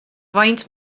faint